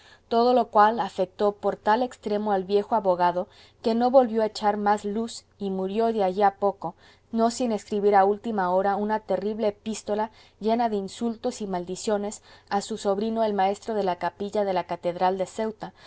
todo lo cual afectó por tal extremo al viejo abogado que no volvió a echar más luz y murió de allí a poco no sin escribir a última hora una terrible epístola llena de insultos y maldiciones a su sobrino el maestro de la capilla de la catedral de ceuta